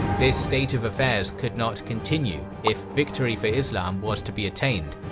this state of affairs could not continue if victory for islam was to be attained.